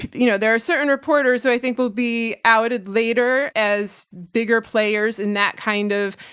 you know, there are certain reporters who i think will be outed later as bigger players in that kind of,